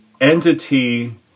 entity